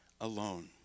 alone